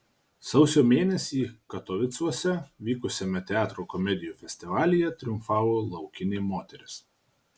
sausio mėnesį katovicuose vykusiame teatro komedijų festivalyje triumfavo laukinė moteris